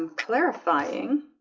um clarifying